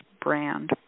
Brand